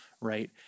Right